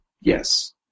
yes